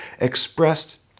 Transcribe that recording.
expressed